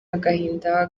agahinda